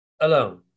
alone